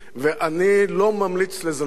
ואני לא ממליץ לזלזל בזה.